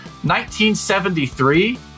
1973